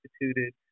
instituted